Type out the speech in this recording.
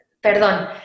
perdón